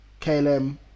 KLM